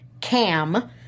Cam